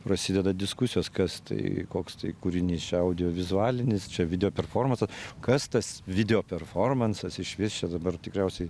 prasideda diskusijos kas tai koks tai kūrinys čia audiovizualinis čia video performansas kas tas video performansas išvis čia dabar tikriausiai